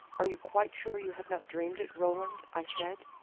are you quite sure you have not dreamed it, roland? i said.